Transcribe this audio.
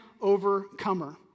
overcomer